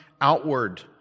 outward